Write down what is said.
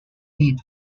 need